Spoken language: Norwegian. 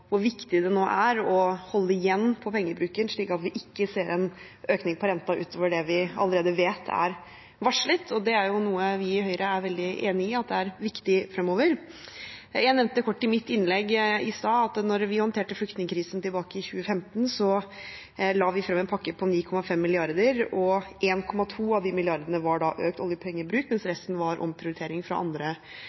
hvor viktig det nå er å holde igjen på pengebruken slik at vi ikke ser en økning av renta utover det vi allerede vet er varslet. Det er jo noe vi i Høyre er veldig enig i at er viktig fremover. Jeg nevnte kort i mitt innlegg i stad at da vi håndterte flyktningkrisen tilbake i 2015, la vi frem en pakke på 9,5 mrd. kr, og 1,2 av de milliardene var da økt oljepengebruk, mens resten var omprioritering fra andre